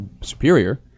superior